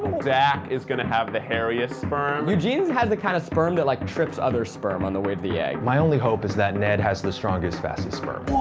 zach is gonna have the hairiest sperm. eugene's has the kind of sperm that, like, trips other sperm on the way to the egg. my only hope is that ned has the strongest, fastest sperm.